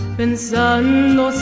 pensando